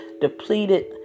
depleted